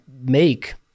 make